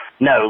No